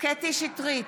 קטי קטרין שטרית,